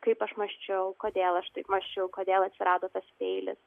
kaip aš mąsčiau kodėl aš taip mąsčiau kodėl atsirado tas peilis